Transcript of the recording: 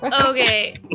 Okay